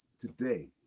today